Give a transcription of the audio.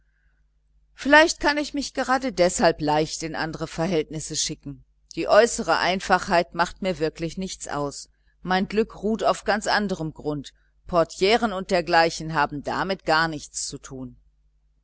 vielleicht kann ich mich gerade deshalb leicht in andere verhältnisse schicken die äußere einfachheit macht mir wirklich nichts aus mein glück ruht auf ganz anderem grund portieren und dergleichen haben damit gar nichts zu tun